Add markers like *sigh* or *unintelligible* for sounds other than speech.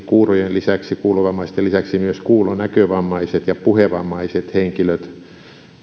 *unintelligible* kuurojen ja kuulovammaisten lisäksi myös kuulonäkövammaiset ja puhevammaiset henkilöt